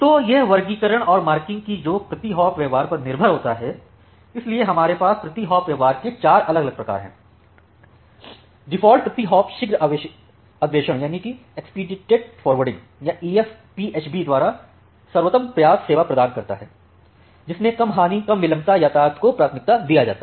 तो यह वर्गीकरण और मार्किंग जो की प्रति हॉप व्यवहार पर निर्भर होता हैं इसलिए हमारे पास प्रति हॉप व्यवहार के चार अलग अलग प्रकार हैं डिफ़ॉल्ट प्रति हॉप शीघ्र अग्रेषण या EF PHB द्वारा सर्वोत्तम प्रयास सेवा प्रदान करता है जिसमें कम हानि कम विलंबता यातायात को प्राथमिकता दिया जाता है